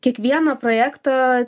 kiekvieno projekto